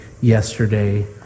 yesterday